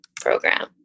program